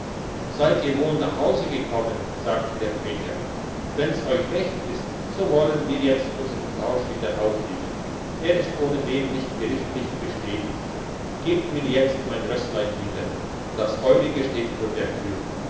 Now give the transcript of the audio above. seid ihr wohl nach hause gekommen sagte der quäker wenn's euch recht ist so wollen wir jetzt unsern tausch wieder aufheben er ist ohnedem nicht gerichtlich bestätigt gebt mir mein rösslein wieder das eurige steht vor der tür